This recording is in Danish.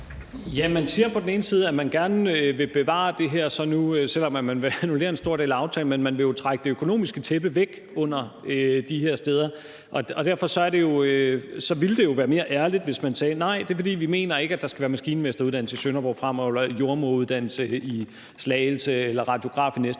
(S): Man siger på den ene side, at man gerne vil bevare det her, selv om man vil annullere en stor del af aftalen, men man vil jo trække det økonomiske tæppe væk under de her steder. Derfor ville det jo være mere ærligt, hvis man sagde: Nej, det er, fordi vi ikke mener, at der skal være maskinmesteruddannelse i Sønderborg fremover eller jordemoderuddannelse i Slagelse eller radiografuddannelse